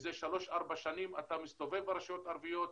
מזה שלוש-ארבע שנים אתה מסתובב ברשויות ערביות,